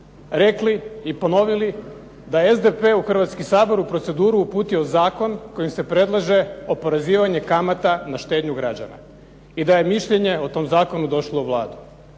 rekli i ponovili da je SDP u Hrvatski sabor u proceduru uputio zakon kojim se predlaže oporezivanje kamata na štednju građana i da je mišljenje o tom zakonu došlo u Vladu.